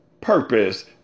purpose